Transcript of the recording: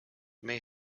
may